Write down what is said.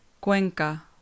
Cuenca